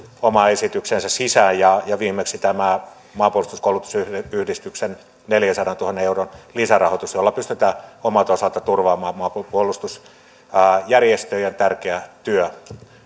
oman esityksensä sisään ja ja viimeksi tämän maanpuolustuskoulutusyhdistyksen neljänsadantuhannen euron lisärahoituksen jolla pystytään omalta osaltaan turvaamaan maanpuolustusjärjestöjen tärkeä työ